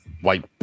white